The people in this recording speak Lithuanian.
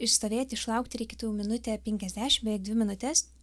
išstovėti išlaukti reikėtų minutę penkiasdešimt beveik dvi minutes